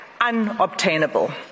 unobtainable